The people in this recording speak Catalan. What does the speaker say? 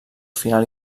final